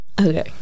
okay